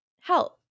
help